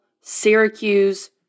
Syracuse